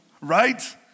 Right